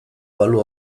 balu